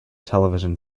television